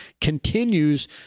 continues